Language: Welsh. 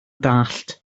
dallt